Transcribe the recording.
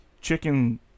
chicken